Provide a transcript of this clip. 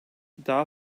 daha